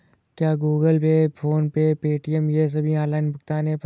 क्या Google Pay PhonePe Paytm ये सभी ऑनलाइन भुगतान ऐप हैं?